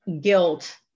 guilt